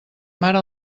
mare